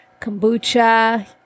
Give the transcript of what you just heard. kombucha